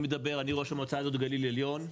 אני ראש המועצה גליל עליון,